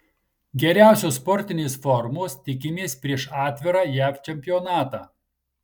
geriausios sportinės formos tikimės prieš atvirą jav čempionatą